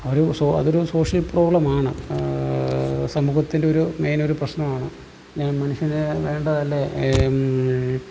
അത് അതൊരു സോഷ്യൽ പ്രോബ്ലമാണ് സമൂഹത്തിൻ്റെ ഒരു മെയിൻ ഒരു പ്രശ്നമാണ് ഞാൻ മനുഷ്യനു വേണ്ടതല്ലേ